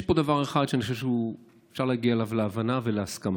יש פה דבר אחד שאני חושב שאפשר להגיע אליו להבנה ולהסכמה: